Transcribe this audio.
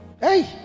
Hey